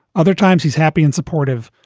other times, he's happy and supportive.